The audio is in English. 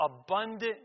abundant